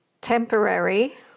temporary